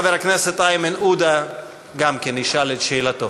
חבר הכנסת איימן עודה גם כן ישאל את שאלתו.